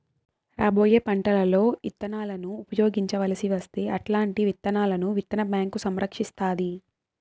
రాబోయే పంటలలో ఇత్తనాలను ఉపయోగించవలసి వస్తే అల్లాంటి విత్తనాలను విత్తన బ్యాంకు సంరక్షిస్తాది